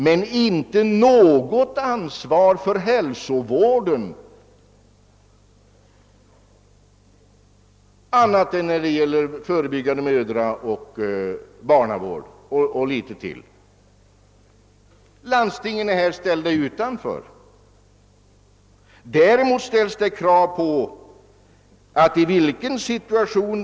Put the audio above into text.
men inte något ansvar för hälsovården, annat än när det gäller förebyggande: mödraoch barnavård och litet annat? Landstingen är ju i övrigt ställda utan-- för. Däremot reses det krav på att sjuk-- vårdshuvudmannen, i vilken situation.